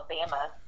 Alabama